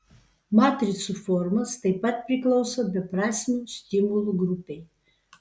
matricų formos taip pat priklauso beprasmių stimulų grupei